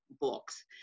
books